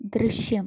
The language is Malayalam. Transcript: ദൃശ്യം